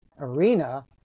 arena